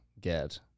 get